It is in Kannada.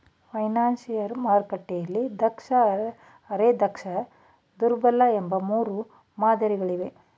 ಫೈನಾನ್ಶಿಯರ್ ಮಾರ್ಕೆಟ್ನಲ್ಲಿ ದಕ್ಷ, ಅರೆ ದಕ್ಷ, ದುರ್ಬಲ ಎಂಬ ಮೂರು ಮಾದರಿ ಗಳಿವೆ